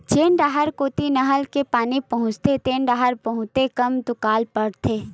जेन डाहर कोती नहर के पानी पहुचथे तेन डाहर बहुते कम दुकाल परथे